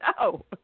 No